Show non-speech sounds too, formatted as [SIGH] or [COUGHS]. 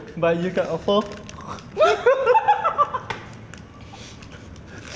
but you can afford [COUGHS]